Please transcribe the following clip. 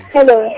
Hello